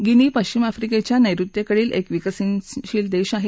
guinea पश्चिम अफ्रीकेच्या नैऋत्येकडील एक विकसनशील देश आहे